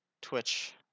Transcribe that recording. Twitch